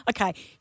Okay